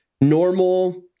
normal